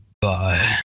Bye